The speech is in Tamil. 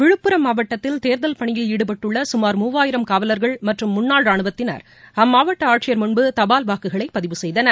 விழுப்புரம் மாவட்டத்தில் தேர்தல் பணியில் ஈடுபட்டுள்ள சுமார் மூவாயிரம் காவல்கள் மற்றும் முன்னாள் ரானுவத்தினர் அம்மாவட்ட ஆட்சியர் முன்பு தபால் வாக்குகளை பதிவுசெய்தனர்